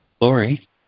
Lori